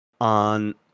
on